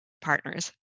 partners